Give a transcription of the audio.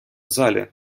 залі